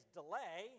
delay